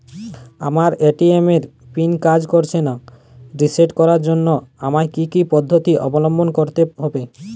আমার এ.টি.এম এর পিন কাজ করছে না রিসেট করার জন্য আমায় কী কী পদ্ধতি অবলম্বন করতে হবে?